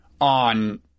on